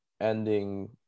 ending